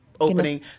opening